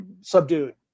subdued